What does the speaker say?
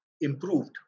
improved